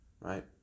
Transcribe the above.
right